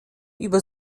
über